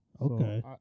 Okay